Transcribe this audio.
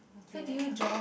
okay let's co~